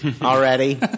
already